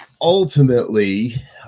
ultimately